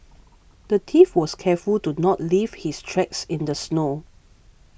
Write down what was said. the thief was careful to not leave his tracks in the snow